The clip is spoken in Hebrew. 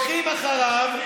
שהולכים אחריו,